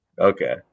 Okay